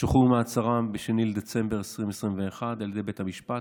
שוחררו ממעצרם ב-2 בדצמבר 2021 על ידי בית המשפט.